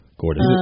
Gordon